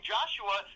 Joshua